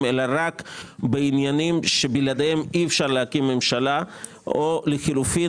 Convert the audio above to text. אלא רק בעניינים שבלעדיהם אי אפשר להקים ממשלה או לחילופין